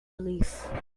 relief